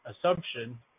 assumption